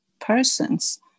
persons